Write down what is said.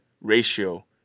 ratio